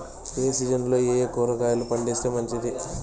ఏ సీజన్లలో ఏయే కూరగాయలు పండిస్తే మంచిది